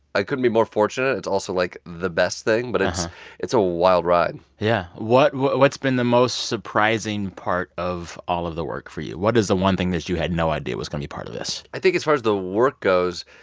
i couldn't be more fortunate. it's also, like, the best thing. but it's it's a wild ride yeah. what's been the most surprising part of all of the work for you? what is the one thing that you had no idea was going be part of this? i think as far as the work goes,